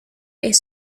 est